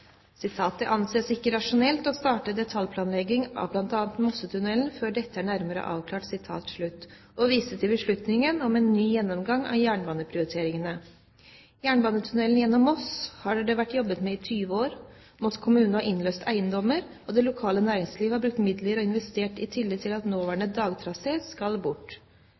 anses ikke rasjonelt å starte detaljplanleggingen av bl.a. Mosse-tunnelen før dette er nærmere avklart», og viste til beslutningen om en ny gjennomgang av jernbaneprioriteringene. Jernbanetunnel gjennom Moss har det vært jobbet med i 20 år. Moss kommune har innløst eiendommer, og det lokale næringslivet har brukt midler og investert i tillit til at nåværende dagtrasé skal bort.